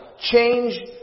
change